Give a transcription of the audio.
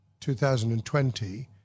2020